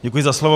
Děkuji za slovo.